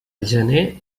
gener